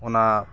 ᱚᱱᱟ